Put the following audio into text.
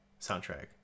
soundtrack